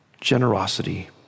generosity